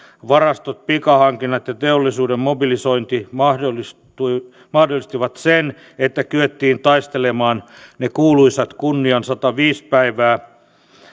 varastot pikahankinnat ja teollisuuden mobilisointi mahdollistivat mahdollistivat sen että kyettiin taistelemaan ne kuuluisat kunnian sataviisi päivää